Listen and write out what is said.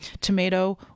tomato